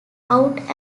out